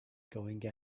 going